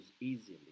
easily